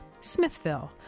Smithville